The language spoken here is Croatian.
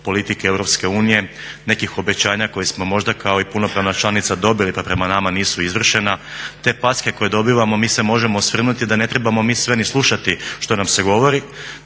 politike EU, nekih obećanja koje smo možda kao i punopravna članica dobili pa prema nama nisu izvršena. Te packe koje dobivamo mi se možemo osvrnuti da ne trebamo mi sve ni slušati što nam se govori,